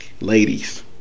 Ladies